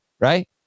right